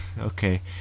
okay